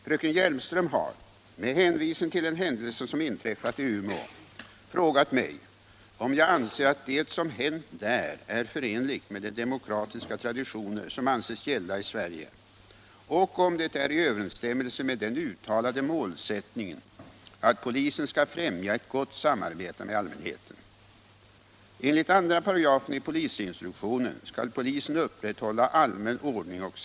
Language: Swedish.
Förra torsdagen gick ett hundratal poliser med hundar till attack för att ingripa mot en fredlig ockupation av Ålidhemskogen i Umeå. Många barn deltog i ockupationen, som föranletts av ett beslut om att skövla skogen, områdets enda kvarvarande grönområde, och i stället uppföra en skola.